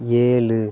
ஏழு